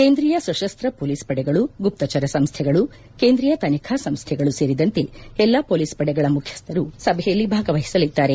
ಕೇಂದ್ರೀಯ ಸಶಸ್ತ ಮೊಲೀಸ್ ಪಡೆಗಳು ಗುಪ್ತಚರ ಸಂಸ್ಥೆಗಳು ಕೇಂದ್ರೀಯ ತನಿಖಾ ಸಂಸ್ಥೆಗಳು ಸೇರಿದಂತೆ ಎಲ್ಲಾ ಪೊಲೀಸ್ ಪಡೆಗಳ ಮುಖ್ಚಸ್ಥರು ಸಭೆಯಲ್ಲಿ ಭಾಗವಹಿಸಲಿದ್ದಾರೆ